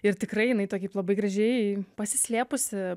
ir tikrai jinai taip labai gražiai pasislėpusi